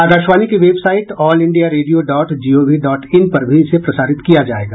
आकाशवाणी की website all India radio dot G O V dot in पर भी इसे प्रसारित किया जाएगा